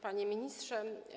Panie Ministrze!